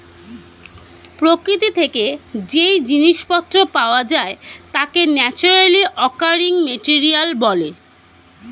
প্রকৃতি থেকে যেই জিনিস পত্র পাওয়া যায় তাকে ন্যাচারালি অকারিং মেটেরিয়াল বলে